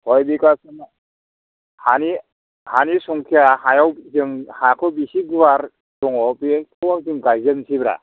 खय बिगा हानि हानि संखिया हायाव जों हाखौ बिसे गुवार दङ बेखौ आं जों गायजोबसै ब्रा